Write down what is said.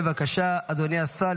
בבקשה, אדוני השר.